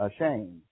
ashamed